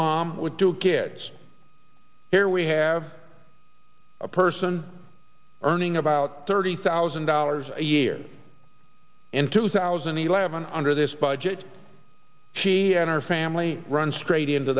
mom with two kids here we have a person earning about thirty thousand dollars a year in two thousand and eleven under this budget she and her family run straight into